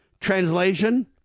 Translation